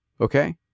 Okay